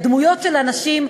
הדמויות של הנשים,